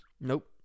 Nope